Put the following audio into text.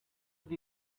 have